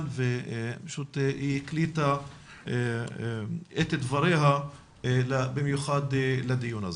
והיא הקליטה את דבריה במיוחד לדיון הזה.